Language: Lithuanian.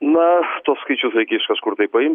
na skaičius reikia iš kažkur tai paimti